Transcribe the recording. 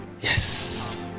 Yes